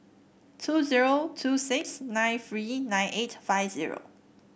two zero two six nine three nine eight five zero